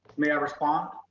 may i respond?